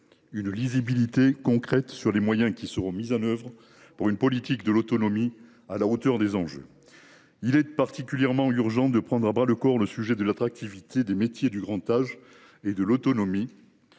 une lisibilité concrète sur les moyens qui seront mis en œuvre pour une politique de l’autonomie à la hauteur des enjeux. Il est particulièrement urgent de prendre à bras le corps le sujet de l’attractivité des métiers du grand âge et de l’autonomie,